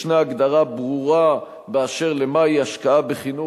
ישנה הגדרה ברורה מהי השקעה בחינוך,